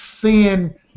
sin